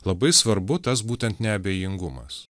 labai svarbu tas būtent neabejingumas